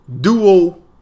duo